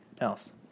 else